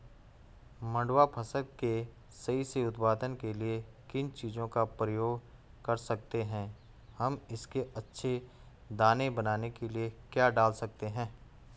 मंडुवा फसल के सही से उत्पादन के लिए किन चीज़ों का प्रयोग कर सकते हैं हम इसके अच्छे दाने बनाने के लिए क्या डाल सकते हैं?